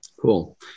Cool